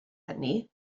hynny